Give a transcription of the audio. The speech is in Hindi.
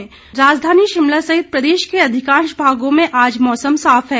मौसम राजधानी शिमला सहित प्रदेश के अधिकांश भागों में आज मौसम साफ है